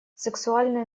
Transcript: сексуальные